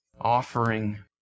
offering